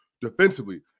defensively